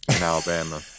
alabama